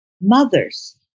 mothers